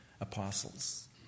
apostles